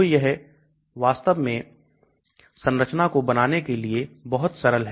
तो यह वास्तव में संरचना को बनाने के लिए बहुत सरल है